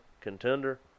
contender